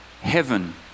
heaven